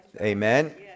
Amen